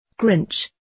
Grinch